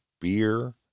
beer